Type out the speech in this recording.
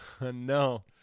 No